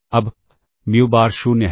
अब mu bar 0 है